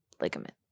Ligament